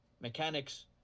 mechanics